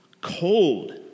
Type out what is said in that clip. cold